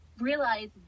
realize